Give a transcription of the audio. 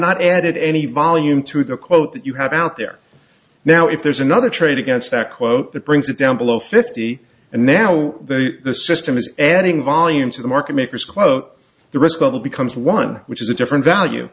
not added any volume to the quote that you have out there now if there's another trade against that quote that brings it down below fifty and now that the system is adding volume to the market makers quote the risk of that becomes one which is a different value